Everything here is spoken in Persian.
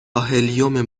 هلیوم